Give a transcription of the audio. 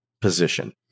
position